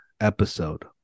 episode